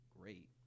great